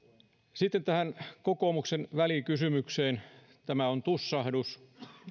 sitten tähän kokoomuksen välikysymykseen tämä on tussahdus